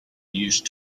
used